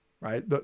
right